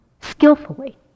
skillfully